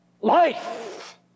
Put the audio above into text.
Life